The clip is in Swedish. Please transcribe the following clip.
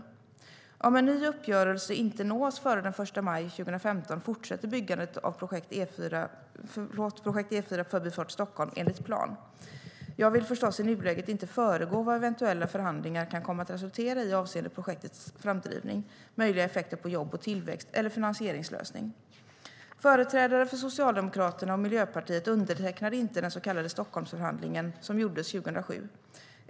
Företrädare för Socialdemokraterna och Miljöpartiet undertecknade inte den så kallade Stockholmsförhandlingen som gjordes 2007.